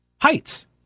heights